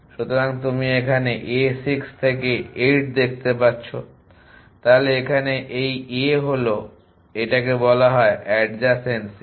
সুতরাং তুমি এখানে a6 থেকে 8 দেখতে পাচ্ছো তাহলে এখানে এই a হলো এটাকে বলা হয় এডযাসেনসি